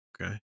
Okay